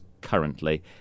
currently